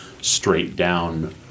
straight-down